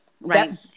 Right